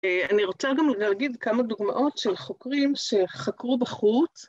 ‫אני רוצה גם להגיד כמה דוגמאות ‫של חוקרים שחקרו בחוץ.